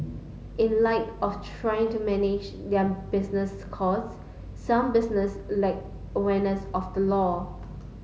in light of trying to manage their business cause some businesses lack awareness of the law